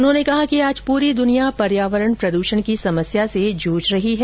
उन्होंने कहा कि आज पूरी दुनिया पर्यावरण प्रदूषण की समस्या से जुझ रही है